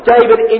David